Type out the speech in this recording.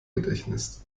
gedächtnis